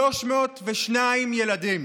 302 ילדים